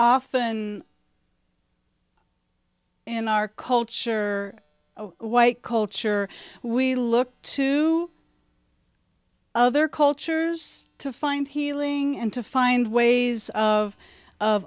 often in our culture white culture we look to other cultures to find healing and to find ways of of